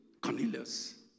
Cornelius